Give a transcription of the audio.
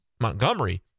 Montgomery